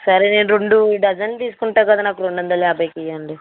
సరే నేను రెండు డజన్లు తీసుకుంటాను కదా నాకు రెండు వందల యాభైకి ఇవ్వండి